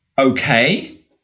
okay